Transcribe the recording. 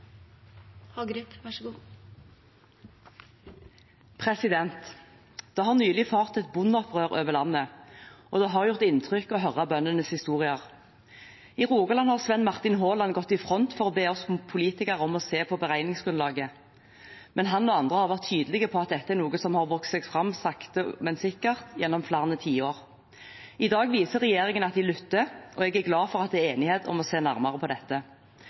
Det har nylig fart et bondeopprør over landet, og det har gjort inntrykk å høre bøndenes historier. I Rogaland har Sven Martin Håland gått i front for å be oss politikere om å se på beregningsgrunnlaget. Han og andre har vært tydelige på at dette er noe som har vokst fram sakte, men sikkert gjennom flere tiår. I dag viser regjeringen at de lytter, og jeg er glad for at det er enighet om å se nærmere på dette.